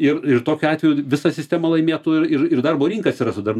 ir ir tokiu atveju visa sistema laimėtų ir ir ir darbo rinka atsirastų dar